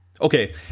Okay